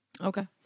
Okay